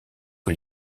que